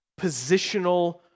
positional